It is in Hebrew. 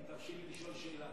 סגן השר, אם תרשה לי לשאול שאלה.